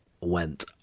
went